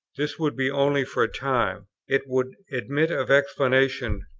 this would be only for a time it would admit of explanation,